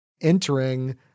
entering